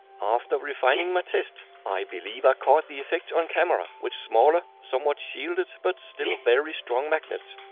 after refining my test i believe i caught the effect on camera with smaller, somewhat shielded but still very strong magnets.